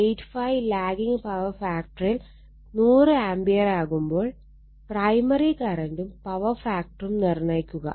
85 lagging power ഫാക്ടറിൽ 100 ആംപിയറാവുമ്പോൾ primary കറണ്ടും പവർ ഫാക്ടറും നിർണ്ണയിക്കുക